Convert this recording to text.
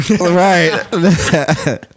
Right